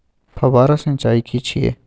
फव्वारा सिंचाई की छिये?